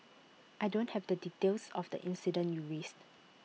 I don't have the details of the incident you raised